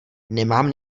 nemám